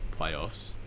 playoffs